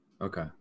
Okay